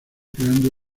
creando